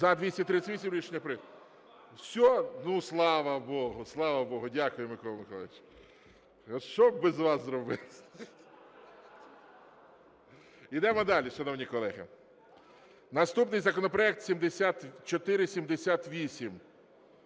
За-238 Рішення прийнято. Все? Ну, слава богу! Дякую, Микола Миколайович, що б без вас робили. Йдемо далі, шановні колеги. Наступний законопроект - 7478.